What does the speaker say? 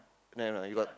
no I know you got